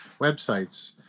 Websites